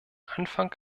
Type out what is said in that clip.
anfang